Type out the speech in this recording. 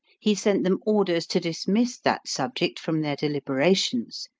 he sent them orders to dismiss that subject from their deliberations,